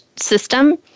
system